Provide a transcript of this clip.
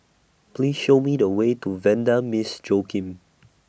Please Show Me The Way to Vanda Miss Joaquim